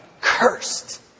Cursed